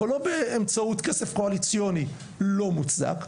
אבל לא באמצעות כסף קואליציוני לא מוצדק.